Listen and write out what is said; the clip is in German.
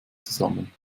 zusammen